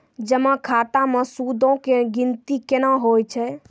जमा खाता मे सूदो के गिनती केना होय छै?